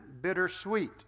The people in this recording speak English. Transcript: bittersweet